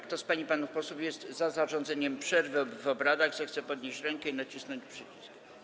Kto z pań i panów posłów jest za zarządzeniem przerwy w obradach, zechce podnieść rękę i nacisnąć przycisk.